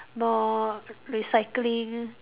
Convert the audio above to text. more recycling